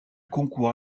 concourt